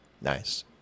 Nice